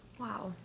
Wow